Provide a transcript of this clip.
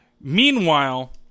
Meanwhile